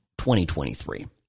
2023